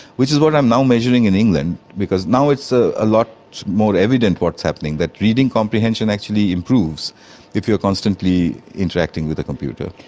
which is what i am now measuring in england because now it's ah a lot more evident what's happening, that reading comprehension actually improves if you are constantly interacting with a computer.